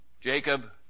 Jacob